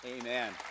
Amen